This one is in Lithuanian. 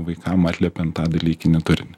vaikam atliepiant tą dalykinį turinį